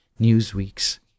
Newsweek's